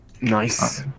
Nice